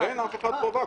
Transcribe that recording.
אף אחת לא חובה,